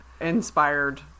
inspired